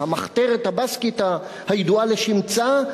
המחתרת הבסקית הידועה לשמצה,